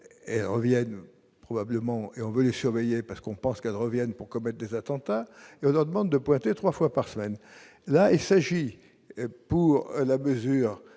en viennent probablement et on peut les surveiller, parce qu'on pense qu'elle revienne pour commettre des attentats, la demande de pointer 3 fois par semaine, là il s'agit pour la mesure